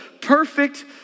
perfect